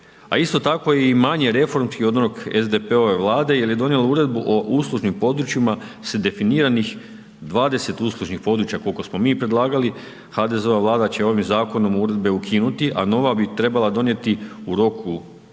A isto tako je i manje reformski od onog SDP-ove Vlade jer je donijela uredbu o uslužnim područjima s definiranih 20 uslužnih područja koliko smo mi predlagali. HDZ-ova Vlada će ovim zakonom uredbe ukinuti a nova bi ih trebala donijeti u roku, vidjeti